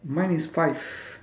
mine is five